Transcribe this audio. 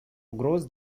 угроз